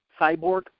cyborg